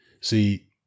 See